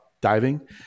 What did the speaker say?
diving